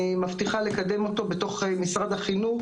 מבטיחה לקדם אותו בתוך משרד החינוך,